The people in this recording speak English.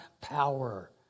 power